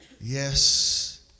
yes